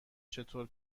چطور